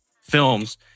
films